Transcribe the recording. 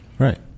Right